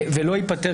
ולא ייפתר,